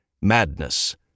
Madness